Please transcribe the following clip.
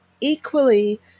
equally